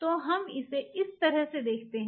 तो हम इसे इस तरह से देखते हैं